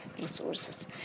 resources